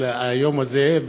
על היום הזה,